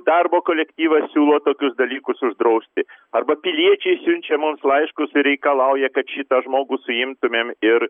darbo kolektyvas siūlo tokius dalykus uždrausti arba piliečiai siunčia mums laiškus ir reikalauja kad šitą žmogų suimtumėm ir